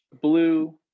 blue